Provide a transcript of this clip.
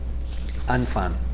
unfun